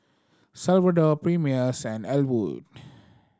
Salvador Primus and Ellwood